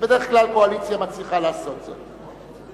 ובדרך כלל הקואליציה מצליחה לעשות זאת.